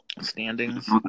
Standings